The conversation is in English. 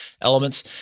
elements